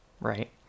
right